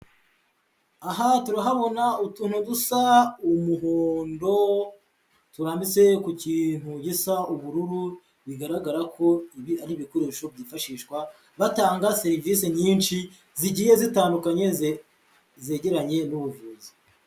Aha turahabona utuntu dusa umuhondo, turambitse ku kintu gisa ubururu, bigaragara ko ibi ari ibikoresho byifashishwa batanga serivisi nyinshi zigiye zitandukanye zegeranye n'ubuvuzi.